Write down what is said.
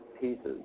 pieces